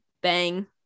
bang